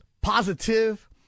positive